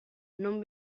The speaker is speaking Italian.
non